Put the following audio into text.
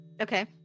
Okay